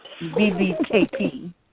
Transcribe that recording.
BBKP